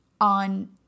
on